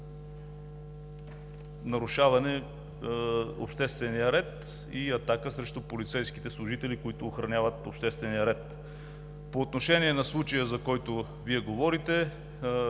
нарушаване на обществения ред и атака срещу полицейските служители, които охраняват обществения ред. По отношение на случая, за който Вие говорите,